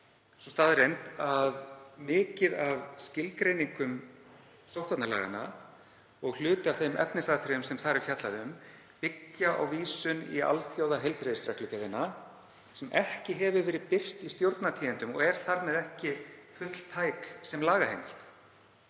sú staðreynd að mikið af skilgreiningum sóttvarnalaga og hluti af þeim efnisatriðum sem þar er fjallað um byggja á vísun í alþjóðaheilbrigðisreglugerðina sem ekki hefur verið birt í Stjórnartíðindum og er þar með ekki fulltæk sem lagaheimild.